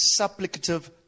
supplicative